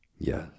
Yes